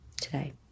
today